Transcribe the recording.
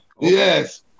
Yes